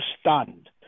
stunned